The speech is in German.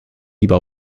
lieber